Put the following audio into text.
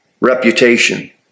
reputation